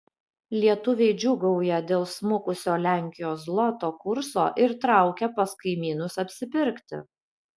lietuviai džiūgauja dėl smukusio lenkijos zloto kurso ir traukia pas kaimynus apsipirkti